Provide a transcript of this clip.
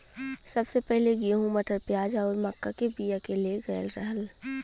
सबसे पहिले गेंहू, मटर, प्याज आउर मक्का के बिया के ले गयल रहल